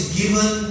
given